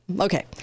Okay